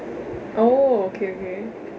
oh okay okay